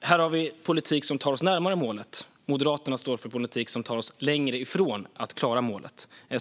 Här har vi en politik som tar oss närmare målet. Moderaterna står för en politik som tar oss längre ifrån att klara målet.